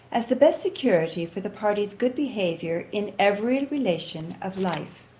as the best security for the party's good behaviour in every relation of life.